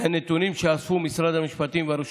מהנתונים שאספו משרד המשפטים והרשות